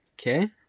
Okay